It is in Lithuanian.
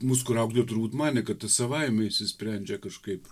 mus kur auklėjo turbūt manė kad tai savaime išsisprendžia kažkaip